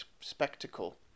spectacle